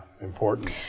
important